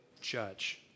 judge